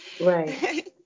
Right